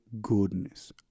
goodness